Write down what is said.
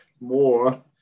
more